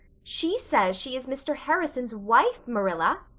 she says she is mr. harrison's wife, marilla.